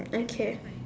okay